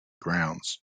grounds